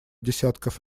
десятков